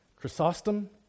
Chrysostom